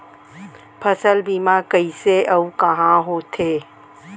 फसल बीमा कइसे अऊ कहाँ होथे?